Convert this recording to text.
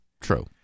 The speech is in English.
true